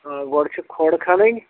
آ گۄڈٕ چھِ کھۄڈٕ کھَنٕنۍ